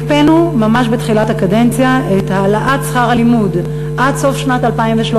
הקפאנו ממש בתחילת הקדנציה את העלאת שכר הלימוד עד סוף שנת 2013,